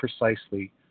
precisely